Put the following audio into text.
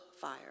fire